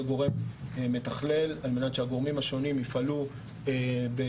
גורם מתכלל על מנת שהגורמים השונים יפעלו בתיאום,